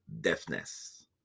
deafness